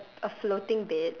a floating bed